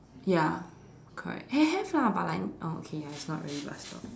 ya correct ha~ have lah but like ya okay it's not really bus stop